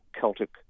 Celtic